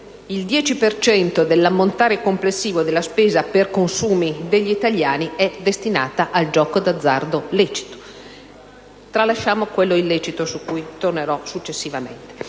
cento dell'ammontare complessivo della spesa per consumi degli italiani è destinato al gioco d'azzardo lecito, per tralasciare poi quello illecito, su cui tornerò successivamente.